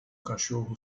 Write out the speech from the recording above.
cachorro